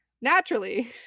naturally